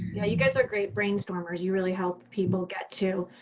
yeah you guys are great brain stormers you really help people get to,